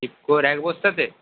ইফকোর এক বস্তাতে